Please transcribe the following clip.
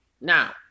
now